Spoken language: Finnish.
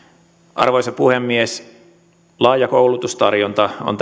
arvoisa puhemies laaja koulutustarjonta on